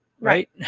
right